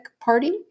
Party